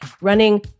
running